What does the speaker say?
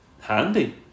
Handy